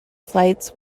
flights